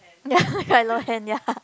ya quite low hand ya